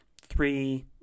three